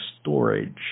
storage